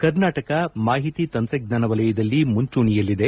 ಕರ್ನಾಟಕ ಮಾಹಿತಿ ತಂತ್ರಜ್ಞಾನ ವಲಯದಲ್ಲಿ ಮುಂಚೂಣಿಯಲ್ಲಿದೆ